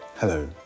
hello